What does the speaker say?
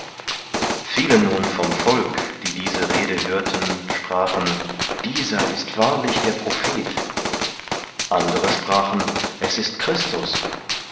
viele nun vom volk die diese rede hörten sprachen dieser ist wahrlich der prophet andere sprachen er ist christus